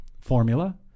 formula